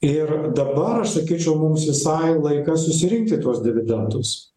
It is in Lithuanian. ir dabar aš sakyčiau mums visai laikas susirinkti tuos dividendus